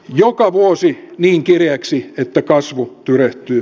joka vuosi niin kireäksi että kasvu tyrehtyy